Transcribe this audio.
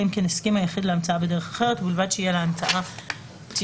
אם כן הסכים היחיד להמצאה בדרך אחרת ובלבד שיהיה להמצאה תיעוד.